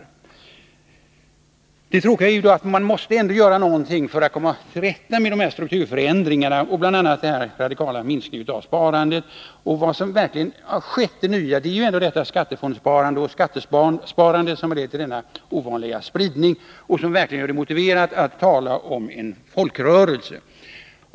Det tråkiga är då att man ändå måste göra någonting för att komma till rätta med de strukturella förändringarna och bl.a. den radikala minskningen av sparandet. Det nya som har skett på den punkten är skattefondssparandet och skattesparandet, som har lett till denna ovanliga spridning och som verkligen gör det motiverat att tala om en folkrörelse.